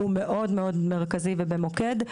הוא מאוד מרכזי ובמוקד.